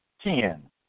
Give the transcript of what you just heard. Ten